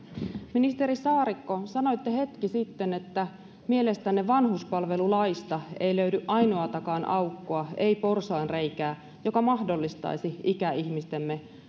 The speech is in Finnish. ministeri saarikko sanoitte hetki sitten että mielestänne vanhuspalvelulaista ei löydy ainoatakaan aukkoa ei porsaanreikää joka mahdollistaisi ikäihmistemme